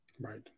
Right